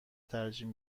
ترجیح